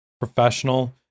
professional